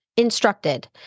Instructed